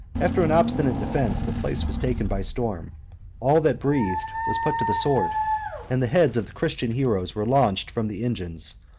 after an obstinate defence, the place was taken by storm all that breathed was put to the sword and the heads of the christian heroes were launched from the engines,